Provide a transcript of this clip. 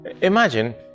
Imagine